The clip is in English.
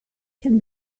can